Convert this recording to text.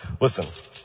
Listen